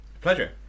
Pleasure